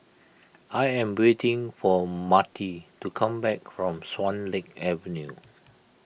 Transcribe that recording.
I am waiting for Marty to come back from Swan Lake Avenue